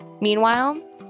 Meanwhile